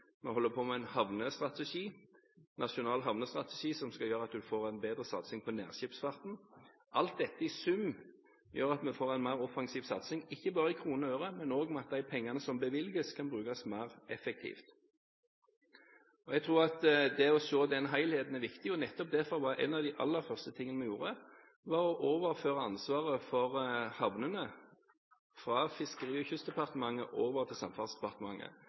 vi holder på med en nasjonal havnestrategi som skal gjøre at man får en bedre satsing på nærskipsfarten. Alt dette i sum gjør at vi får en mer offensiv satsing, ikke bare i kroner og øre, men også ved at de pengene som bevilges, kan brukes mer effektivt. Jeg tror at det å se den helheten er viktig, og nettopp derfor var en av de aller første tingene vi gjorde, å overføre ansvaret for havnene fra Fiskeri- og kystdepartementet over til Samferdselsdepartementet.